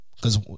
Cause